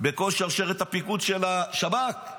בכל שרשרת הפיקוד של השב"כ,